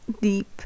deep